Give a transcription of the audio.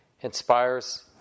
inspires